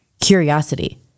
curiosity